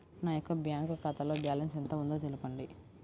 నా యొక్క బ్యాంక్ ఖాతాలో బ్యాలెన్స్ ఎంత ఉందో తెలపండి?